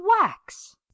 wax